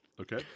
Okay